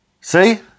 See